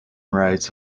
writes